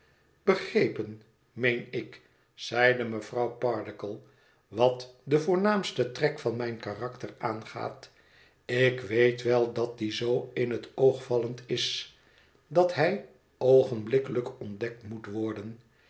begrepen meen ik zeide mevrouw pardiggle wat den voornaamsten trek van mijn karakter aangaat ik weet wel dat die zoo in het oogvallend is dat hij oogenblikkelijk ontdekt moet worden